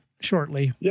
shortly